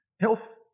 health